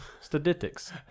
Statistics